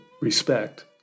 respect